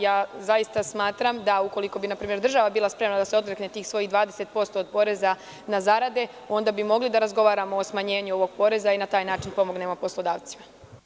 Ja zaista smatram da, ukoliko bi na primer država bila spremna da se odrekne tih svojih 20% od poreza na zarade, onda bi mogli da razgovaramo o smanjenju ovog poreza i na taj način pomognemo poslodavcima.